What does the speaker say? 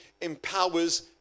empowers